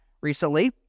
recently